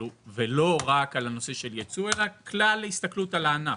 ולא רק לנושא הייצוא אלא הסתכלות על כלל הענף.